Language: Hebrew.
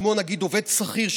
כמו נגיד עובד שכיר,